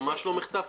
ממש לא מחטף.